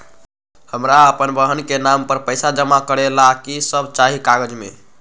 हमरा अपन बहन के नाम पर पैसा जमा करे ला कि सब चाहि कागज मे?